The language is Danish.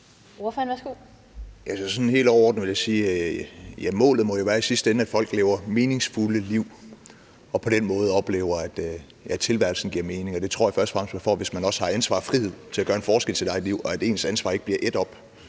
målet i sidste ende må være, at folk lever meningsfulde liv og på den måde oplever, at tilværelsen giver mening. Det tror jeg først og fremmest man får, hvis man også har ansvar og frihed til at gøre en forskel i sit eget liv,